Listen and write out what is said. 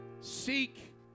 seek